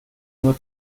nur